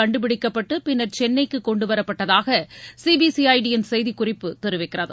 கண்டுபிடிக்கப்பட்டு பின்னா சென்னைக்கு கொண்டுவரப்பட்டதாக சிபிசிஜடி யின் செய்திக்குறிப்பு தெரிவிக்கிறது